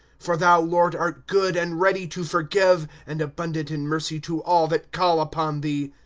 for thou, lord, art good and ready to forgive, and abundant in mercy to all that call upon thee.